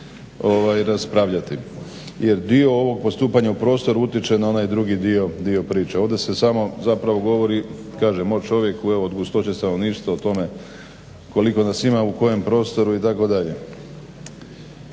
raspravljati. Jer dio ovog postupanja u prostoru utječe na onaj drugi dio priče. Ovdje se samo govori o čovjeku od gustoće stanovništva o tome koliko nas ima u kojem prostoru itd.